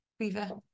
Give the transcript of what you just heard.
Viva